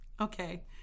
Okay